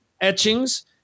etchings